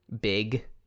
big